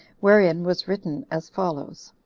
wherein was written as follows